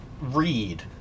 read